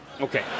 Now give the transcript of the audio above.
Okay